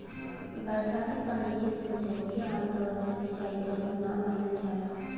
बरसाती पानी के संचयन के आमतौर पर सिंचाई क रूप ना मानल जाला